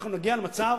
אנחנו נגיע למצב